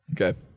Okay